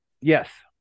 yes